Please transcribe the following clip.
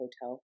hotel